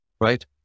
right